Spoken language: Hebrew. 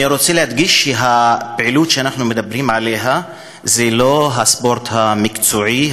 אני רוצה להדגיש שהפעילות שאנחנו מדברים עליה היא לא הספורט המקצועי,